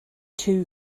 too